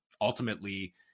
ultimately